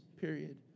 period